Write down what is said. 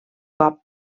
cop